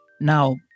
Now